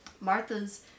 Martha's